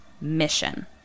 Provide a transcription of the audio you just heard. mission